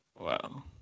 Wow